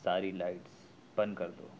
ساری لائٹس بند کر دو